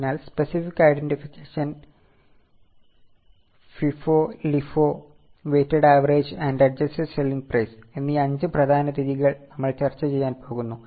അതിനാൽ specific identification FIFO LIFO weighted average and adjusted selling price എന്നീ അഞ്ച് പ്രധാന രീതികൾ നമ്മൾ ചർച്ചചെയ്യാൻ പോകുന്നു